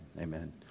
amen